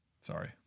Sorry